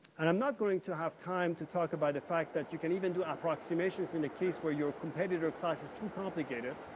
and i'm not going to have time to talk about the fact that you can even do ah approximations in a case where your competitor class is too complicated,